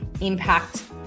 impact